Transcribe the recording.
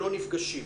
שלא נפגשים,